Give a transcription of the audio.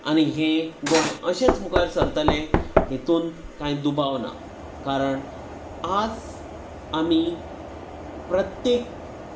आनी हे गोंय अशेंच मुखार सरतले हेतून कांय दुबाव ना कारण आज आमी प्रत्येक